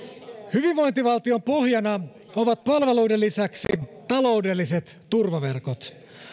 hyvinvointivaltion pohjana ovat palveluiden lisäksi taloudelliset turvaverkot